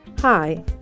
Hi